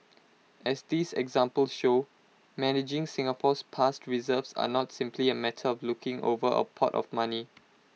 as these examples show managing Singapore's past reserves are not simply A matter of looking over A pot of money